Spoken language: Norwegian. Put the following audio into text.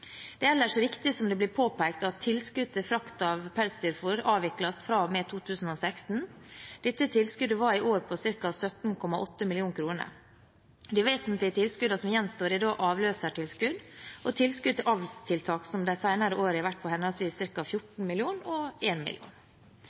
Det er ellers riktig som det blir påpekt, at tilskudd til frakt av pelsdyrfôr avvikles fra og med 2016. Dette tilskuddet var i år på ca. 17,8 mill. kr. De vesentlige tilskuddene som gjenstår, er da avløsertilskudd og tilskudd til avlstiltak, som de senere år har vært på henholdsvis ca. 14 mill. kr og